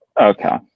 Okay